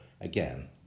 again